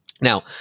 Now